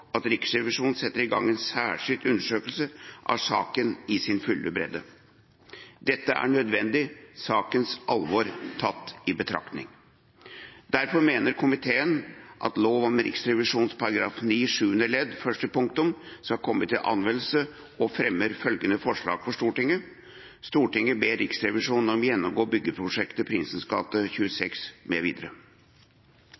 at Riksrevisjonen setter i gang en særskilt undersøkelse av saken i sin fulle bredde. Dette er nødvendig, sakens alvor tatt i betraktning. Derfor mener komiteen at lov om Riksrevisjonen § 9 sjuende ledd første punktum skal komme til anvendelse, og fremmer følgende forslag for Stortinget: «Stortinget ber Riksrevisjonen om å gjennomgå hele byggeprosjektet